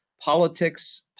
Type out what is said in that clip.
politics